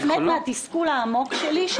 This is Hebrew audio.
אלא נובעת מן התסכול העמוק שלי,